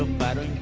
but